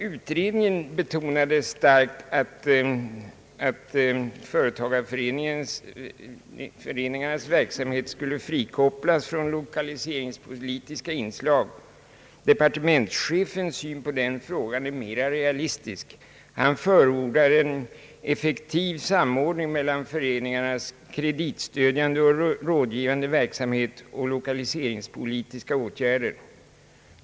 Utredningen betonade starkt att företagareföreningarnas verksamhet skulle frikopplas från lokaliseringspolitiska inslag. Departementschefens syn på den frågan är mera realistisk. Han förordar en effektiv samordning mellan föreningarnas kreditgivande och rådgivande verksamhet och lokaliseringspolitiska åtgärder.